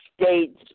states